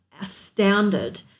astounded